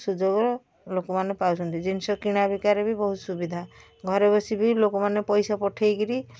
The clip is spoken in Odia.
ସୁଯୋଗ ଲୋକମାନେ ପାଉଛନ୍ତି ଜିନିଷ କିଣା ବିକାରେ ବି ବହୁତ ସୁବିଧା ଘରେ ବସି ବି ଲୋକମାନେ ପଇସା ପଠେଇକିରି